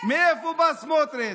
מאיפה בא סמוטריץ'?